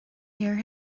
hear